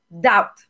doubt